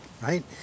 right